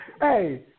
Hey